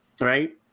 right